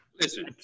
Listen